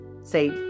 say